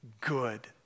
Good